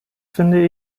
finde